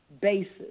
basis